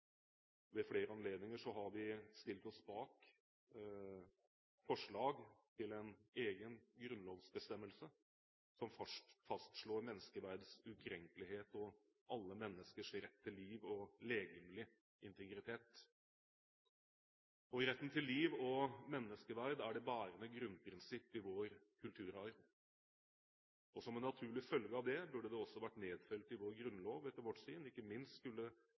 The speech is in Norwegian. Ved flere anledninger har vi stilt oss bak forslag til en egen grunnlovsbestemmelse som fastslår menneskeverdets ukrenkelighet og alle menneskers rett til liv og legemlig integritet. Retten til liv og menneskeverd er det bærende grunnprinsipp i vår kulturarv. Som en naturlig følge av det burde det også, etter vårt syn, vært nedfelt i vår grunnlov – ikke minst skulle